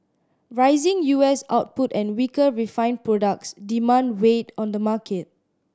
rising U S output and weaker refined products demand weighed on the market